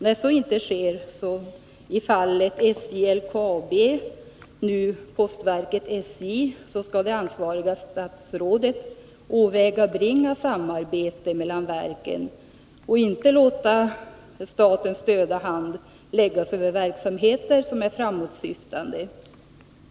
När så inte sker, i fallet SJ-LKAB och nu beträffande postverket-SJ, skall det ansvariga statsrådet åvägabringa samarbete mellan verken och inte låta statens döda hand läggas över verksamheter som är framåtsyftande.